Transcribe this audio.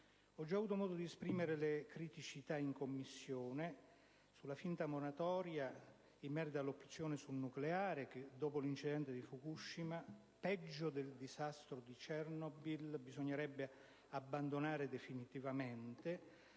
Ho già avuto modo di esprimere in Commissione le criticità sulla finta moratoria in merito all'opzione sul nucleare, che dopo l'incidente di Fukushima, peggio del disastro di Chernobyl, bisognerebbe abbandonare definitivamente.